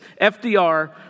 FDR